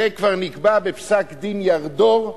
זה כבר נקבע בפסק-דין ירדור,